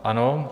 Ano.